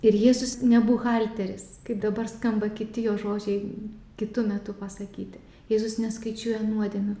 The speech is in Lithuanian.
ir jėzus ne buhalteris kaip dabar skamba kiti jo žodžiai kitu metu pasakyti jėzus neskaičiuoja nuodėmių